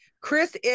Chris